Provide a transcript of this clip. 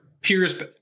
peers